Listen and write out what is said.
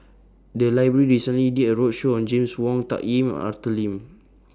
The Library recently did A roadshow on James Wong Tuck Yim and Arthur Lim